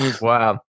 wow